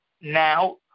now